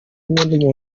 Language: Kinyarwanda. nk’imwe